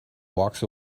walks